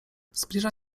zbliża